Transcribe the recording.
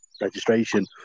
registration